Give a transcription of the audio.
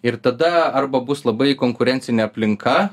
ir tada arba bus labai konkurencinė aplinka